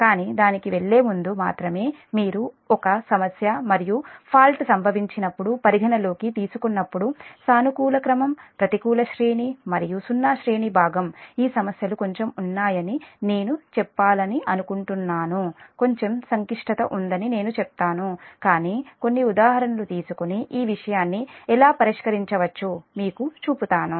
కానీ దానికి వెళ్ళే ముందు మాత్రమే మీరు ఒక సమస్య మరియు ఫాల్ట్ సంభవించినప్పుడు పరిగణనలోకి తీసుకున్నప్పుడు సానుకూల క్రమం ప్రతికూల శ్రేణి మరియు సున్నా శ్రేణి భాగం ఈ సమస్యలు కొంచెం ఉన్నాయని నేను చెప్పాలనుకుంటున్నాను కొంచెం సంక్లిష్టత ఉందని నేను చెప్తాను కానీ కొన్ని ఉదాహరణలు తీసుకొని ఈ విషయాన్ని ఎలా పరిష్కరించవచ్చు మీకు చూపుతాను